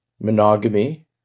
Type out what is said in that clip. monogamy